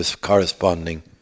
corresponding